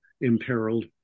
imperiled